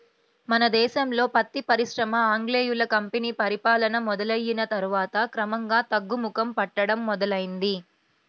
మన దేశంలో పత్తి పరిశ్రమ ఆంగ్లేయుల కంపెనీ పరిపాలన మొదలయ్యిన తర్వాత క్రమంగా తగ్గుముఖం పట్టడం మొదలైంది